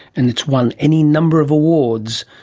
and it's won any number of awards.